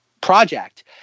project